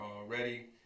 already